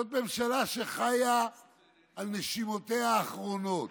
זאת ממשלה שחיה על נשימותיה האחרונות,